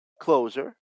closer